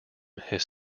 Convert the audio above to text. his